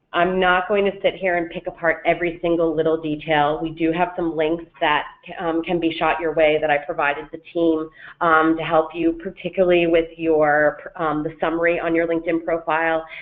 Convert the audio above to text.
i'm not going to sit here and pick apart every single little detail, we do have some links that can be shot your way that i provided the team to help you particularly with your summary on your linkedin profile,